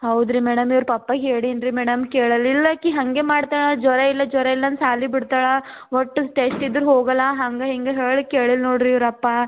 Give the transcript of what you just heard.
ಹೌದು ರೀ ಮೇಡಮ್ ಇವ್ರ ಪಪ್ಪಾಗೆ ಹೇಳಿನಿ ರೀ ಮೇಡಮ್ ಕೇಳಲಿಲ್ಲ ಆಕೆ ಹಂಗೆ ಮಾಡ್ತಾಳೆ ಜ್ವರ ಇಲ್ಲ ಜ್ವರ ಇಲ್ಲ ಅಂದು ಶಾಲೆ ಬಿಡ್ತಾಳೆ ಒಟ್ಟು ಟೆಸ್ಟ್ ಇದ್ರು ಹೋಗೋಲ್ಲ ಹಂಗೆ ಹಿಂಗೆ ಕೇಳಿಲ್ಲ ನೋಡ್ರಿ ಇವ್ರ ಅಪ್ಪಾ